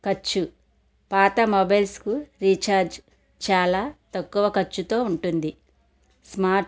ఖర్చు పాతమొబైల్స్కు రీచార్జ్ చాలా తక్కువ ఖర్చుతో ఉంటుంది స్మార్ట్